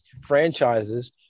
franchises